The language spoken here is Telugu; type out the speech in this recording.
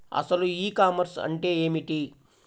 అసలు ఈ కామర్స్ అంటే ఏమిటి?